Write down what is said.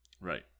Right